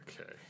Okay